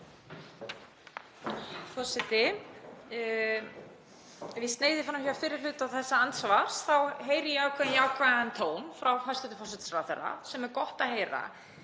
Forseti. Ef ég sneiði fram hjá fyrri hluta þessa andsvars þá heyri ég ákveðinn jákvæðan tón frá hæstv. forsætisráðherra sem er gott að heyra.